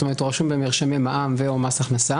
זאת אומרת, הוא רשום במרשמי מע"מ ו/או מס הכנסה.